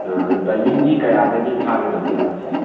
ꯑꯥ ꯑꯗꯨ ꯇꯥꯏꯃꯤꯡꯗꯤ ꯀꯌꯥꯗꯒꯤ ꯊꯥꯒꯗꯒꯦ ꯃꯣꯏꯁꯦ